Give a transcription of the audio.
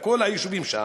לכל היישובים שם,